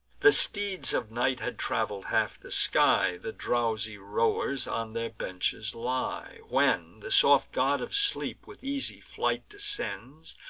the steeds of night had travel'd half the sky, the drowsy rowers on their benches lie, when the soft god of sleep, with easy flight, descends,